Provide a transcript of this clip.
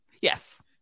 yes